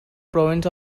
province